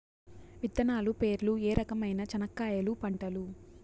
విత్తనాలు పేర్లు ఏ రకమైన చెనక్కాయలు పంటలు?